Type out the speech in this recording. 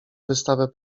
wystawę